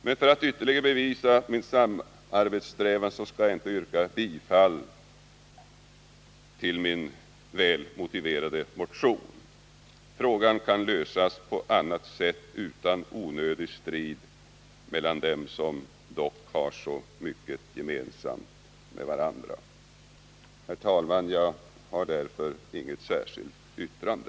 Men för att ytterligare bevisa min samarbetssträvan, skall jag inte yrka bifall till min väl motiverade motion. Frågan kan lösas på annat sätt utan onödig strid mellan dem som dock har så mycket gemensamt med varandra. Herr talman! Jag har därför inget särskilt yrkande.